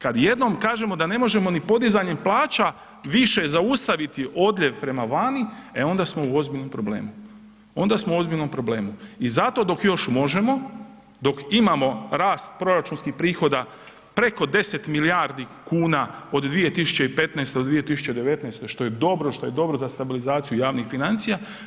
Kad jednom kažemo da ne možemo ni podizanjem plaća više zaustaviti odljev prema vani, e onda smo u ozbiljnom problemu, onda smo u ozbiljnom problemu i zato dok još možemo, dok imamo rast proračunskih prihoda preko 10 milijardi kuna od 2015. do 2019.g., što je dobro, što je dobro za stabilizaciju javnih financija.